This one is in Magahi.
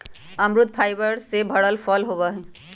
अमरुद फाइबर से भरल फल होबा हई